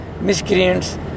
miscreants